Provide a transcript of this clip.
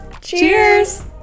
Cheers